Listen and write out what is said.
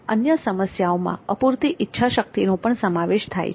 અન્ય સમસ્યાઓમાં અપૂરતી ઇચ્છાશક્તિનો પણ સમાવેશ થાય છે